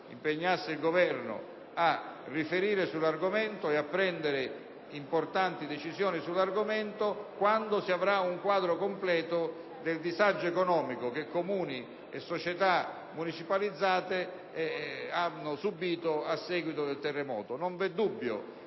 impegnasse il Governo a riferire sull'argomento e a prendere importanti decisioni in merito quando si avrà un quadro completo del disagio economico che comuni e società municipalizzate hanno subito a seguito del terremoto. Non vi è dubbio